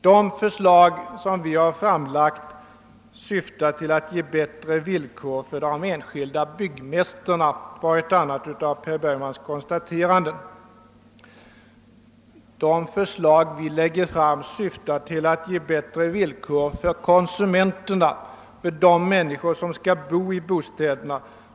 »De förslag som folkpartiet har framlagt syftar bara till att ge bättre villkor för de enskilda byggmästarna«, var ett annat av herr Bergmans konstateranden. De förslag som vi lägger fram syftar till att ge bättre villkor för konsumenterna, för de människor som skall bo i bostäderna.